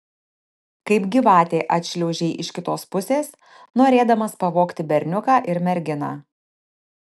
kaip gyvatė atšliaužei iš kitos pusės norėdamas pavogti berniuką ir merginą